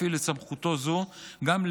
בהקרבה ובגבורה.